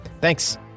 Thanks